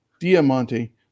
diamante